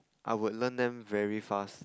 I would learn them very fast